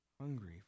hungry